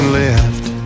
left